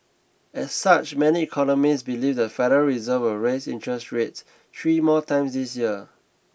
as such many economists believe the Federal reserve will raise interest rates three more times this year